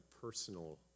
personal